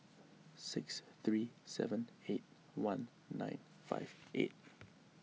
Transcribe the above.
six three seven eight one nine five eight